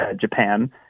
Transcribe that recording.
Japan